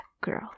girl